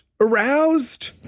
aroused